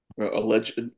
alleged